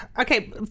okay